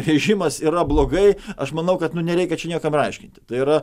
režimas yra blogai aš manau kad nu nereikia čia niekam ir aiškinti tai yra